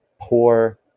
poor